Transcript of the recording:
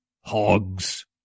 hogs